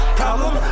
problem